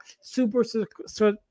Super